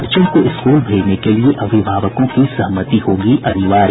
बच्चों को स्कूल भेजने के लिए अभिभावकों की सहमति होगी अनिवार्य